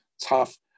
tough